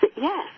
yes